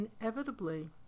inevitably